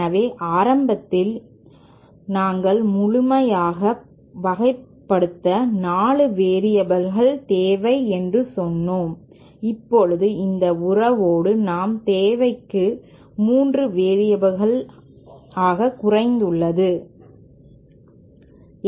எனவே ஆரம்பத்தில் நாங்கள் முழுமையாக வகைப்படுத்த 4 வேரியபில் தேவை என்று சொன்னோம் இப்போது இந்த உறவோடு நாம் தேவையை 3 வேரியபில் ஆக குறைத்துள்ளோம்